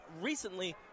recently